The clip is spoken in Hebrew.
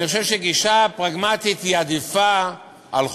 אני חושב שגישה פרגמטית עדיפה על חוק.